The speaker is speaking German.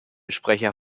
sprecher